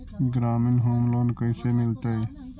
ग्रामीण home loan कैसे मिलतै?